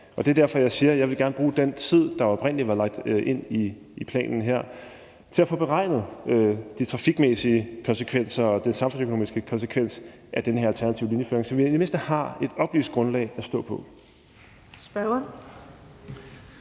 Det er derfor, jeg siger, at jeg gerne vil bruge den tid, der oprindelig var lagt ind i planen her, til at få beregnet de trafikmæssige konsekvenser og den samfundsøkonomiske konsekvens af den her alternative linjeføring, så vi i det mindste har et oplyst grundlag at stå på.